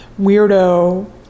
weirdo